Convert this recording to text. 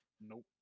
Nope